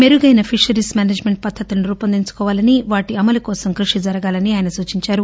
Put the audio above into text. మెరుగైన fisheries management పద్దతులను రూపొందించుకోవాలని వాటి అమలు కోసం కృషి జరగాలని ఆయన సూచించారు